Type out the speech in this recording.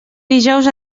dijous